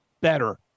better